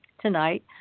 tonight